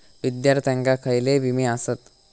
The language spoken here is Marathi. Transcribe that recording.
विद्यार्थ्यांका खयले विमे आसत?